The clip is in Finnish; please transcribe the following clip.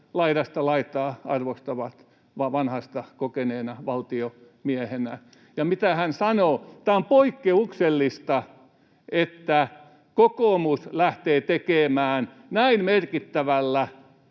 laidasta laitaan arvostavat Vanhasta kokeneena valtiomiehenä. Ja mitä hän sanoo: tämä on poikkeuksellista, että kokoomus lähtee tekemään näin merkittävällä